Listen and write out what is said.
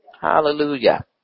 hallelujah